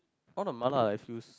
all the mala I feels